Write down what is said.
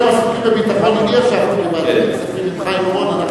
בזמן שאתם הייתם עסוקים בביטחון אני ישבתי בוועדת הכספים עם חיים אורון.